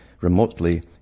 remotely